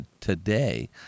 today